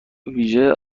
ویژه